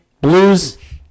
Blues